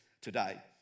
today